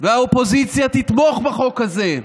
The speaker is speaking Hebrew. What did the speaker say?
והאופוזיציה תתמוך בחוק הזה.